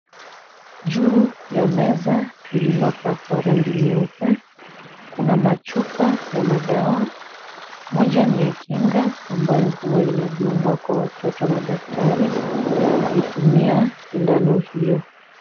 Juu ya meza lililopakwa rangi nyeupe kuna machupa ya madawa. Moja ni ya kinga ambayo huwa inadungwa kwa watoto na daktari akitumia sindano hiyo.